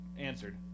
answered